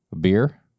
Beer